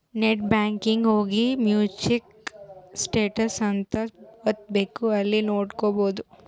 net banking ಹೋಗಿ view check status ಅಂತ ಒತ್ತಬೆಕ್ ಅಲ್ಲಿ ನೋಡ್ಕೊಬಹುದು